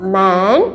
man